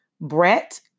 Brett